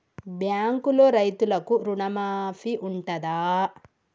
బ్యాంకులో రైతులకు రుణమాఫీ ఉంటదా?